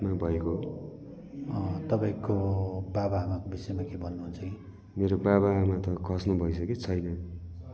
मा भएको हो तपाईँको बाबा आमाको बिषयमा केही भन्नुहुन्छ कि मेरो बाबा आमा त खस्नु भइसक्यो छैन